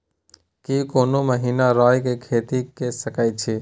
की कोनो महिना राई के खेती के सकैछी?